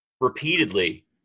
repeatedly